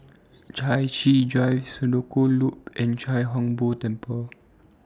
Chai Chee Drive Senoko Loop and Chia Hung Boo Temple